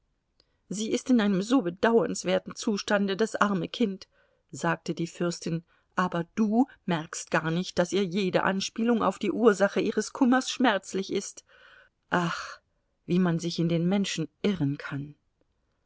sie ist in einem so bedauernswerten zustande das arme kind sagte die fürstin aber du merkst gar nicht daß ihr jede anspielung auf die ursache ihres kummers schmerzlich ist ach wie man sich in den menschen irren kann